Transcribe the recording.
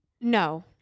No